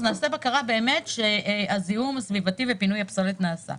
אז נעשה בקרה כולנו שהזיהום הסביבתי ופינוי הפסולת נעשה.